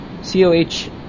COH